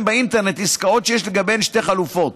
באינטרנט עסקאות שיש לגביהן שתי חלופות.